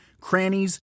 crannies